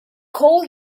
call